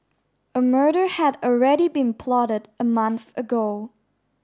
a murder had already been plotted a month ago